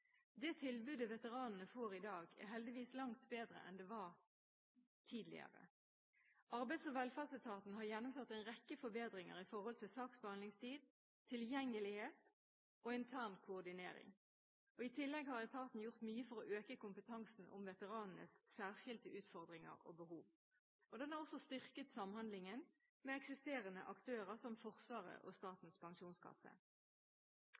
Det tilbudet veteranene får i dag, er heldigvis langt bedre enn det var tidligere. Arbeids- og velferdsetaten har gjennomført en rekke forbedringer med hensyn til saksbehandlingstid, tilgjengelighet og intern koordinering. I tillegg har etaten gjort mye for å øke kompetansen omkring veteranenes særskilte utfordringer og behov. Den har også styrket samhandlingen med eksterne aktører, som Forsvaret og